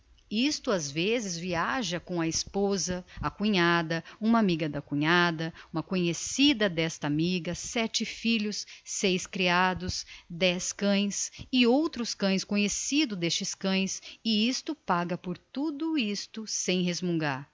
isto ás vezes viaja com a esposa a cunhada uma amiga da cunhada uma conhecida d'esta amiga sete filhos seis creados dez cães e outros cães conhecidos d'estes cães e isto paga por tudo isto sem resmungar